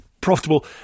Profitable